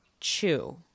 chew